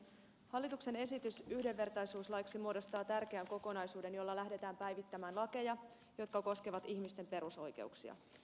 hallituksen esitys yhdenvertaisuuslaiksi muodostaa tärkeän kokonaisuuden jolla lähdetään päivittämään lakeja jotka koskevat ihmisten perusoikeuksia